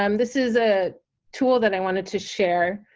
um this is a tool that i wanted to share,